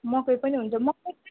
मकै पनि हुन्छ मकै चाहिँ